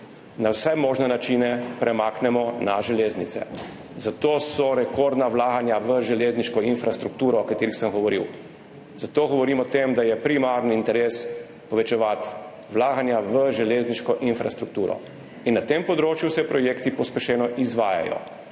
na vse možne načine premaknemo na železnice. Zato so rekordna vlaganja v železniško infrastrukturo, o katerih sem govoril. Zato govorim o tem, da je primarni interes povečevati vlaganja v železniško infrastrukturo. Na tem področju se projekti pospešeno izvajajo